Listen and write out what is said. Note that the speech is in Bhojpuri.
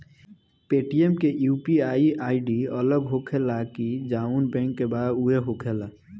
पेटीएम के यू.पी.आई आई.डी अलग होखेला की जाऊन बैंक के बा उहे होखेला?